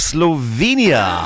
Slovenia